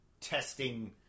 testing